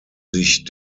sich